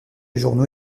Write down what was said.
journaux